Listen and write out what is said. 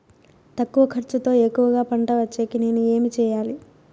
తక్కువ ఖర్చుతో ఎక్కువగా పంట వచ్చేకి నేను ఏమి చేయాలి?